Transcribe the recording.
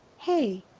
hey!